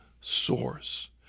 source